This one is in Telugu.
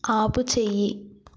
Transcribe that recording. ఆపుచెయ్యి